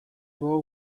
boy